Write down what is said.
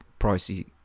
pricey